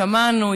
שמענו,